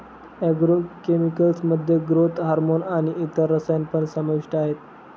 agro chemicals मध्ये growth hormone आणि इतर रसायन पण समाविष्ट आहेत